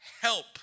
help